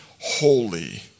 holy